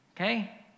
okay